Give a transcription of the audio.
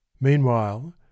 Meanwhile